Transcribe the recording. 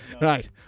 Right